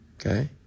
Okay